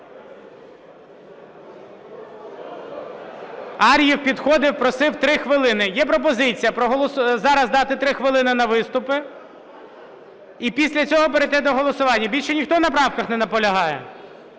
Ар'єв підходив, просив 3 хвилини. Є пропозиція зараз дати 3 хвилини на виступи і після цього перейти до голосування. Більше ніхто на правках не наполягає?